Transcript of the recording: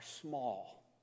small